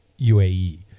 UAE